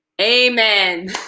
amen